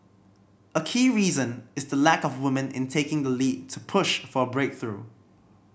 a key reason is the lack of woman in taking the lead to push for a breakthrough